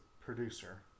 producer